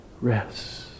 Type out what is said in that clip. rest